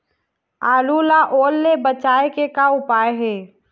गेहूं ला ओल ले बचाए के का उपाय हे?